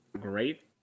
Great